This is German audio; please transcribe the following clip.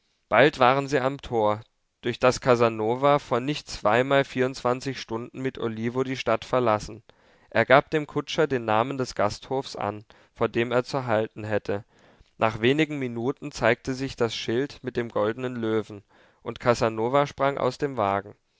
bald waren sie am tor durch das casanova vor noch nicht zweimal vierundzwanzig stunden mit olivo die stadt verlassen er gab dem kutscher den namen des gasthofs an vor dem er zu halten hätte nach wenigen minuten zeigte sich das schild mit dem goldenen löwen und casanova sprang aus dem wagen